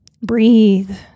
Breathe